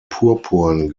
purpurn